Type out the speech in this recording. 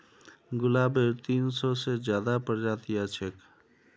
गुलाबेर तीन सौ से ज्यादा प्रजातियां छेक